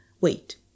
Wait